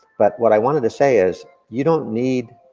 but what i wanted to say is, you don't need